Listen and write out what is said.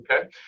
Okay